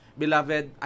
beloved